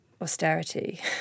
austerity